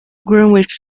greenwich